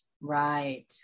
Right